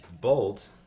bolt